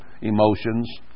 emotions